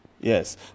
Yes